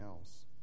else